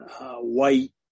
white